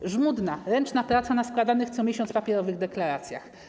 To była żmudna, ręczna praca na składanych co miesiąc papierowych deklaracjach.